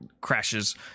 crashes